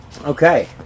Okay